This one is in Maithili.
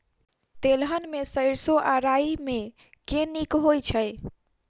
तेलहन मे सैरसो आ राई मे केँ नीक होइ छै?